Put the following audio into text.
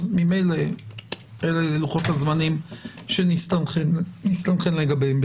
ממילא אלה יהיו לוחות הזמנים שנסתנכרן לגביהם.